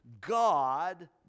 God